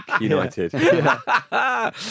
United